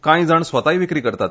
कांय जाण स्वताय विक्री करतात